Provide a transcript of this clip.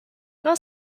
not